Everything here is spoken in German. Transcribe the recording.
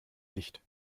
licht